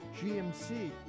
GMC